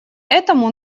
этому